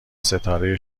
ستاره